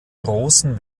großen